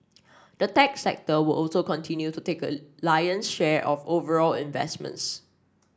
the tech sector will also continue to take a lion share of overall investments